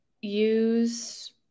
use